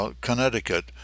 Connecticut